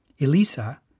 Elisa